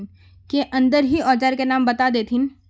के अंदर ही औजार के नाम बता देतहिन?